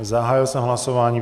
Zahájil jsem hlasování.